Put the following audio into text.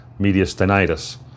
mediastinitis